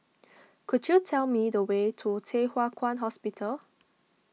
could you tell me the way to Thye Hua Kwan Hospital